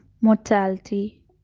mortality